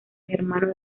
germano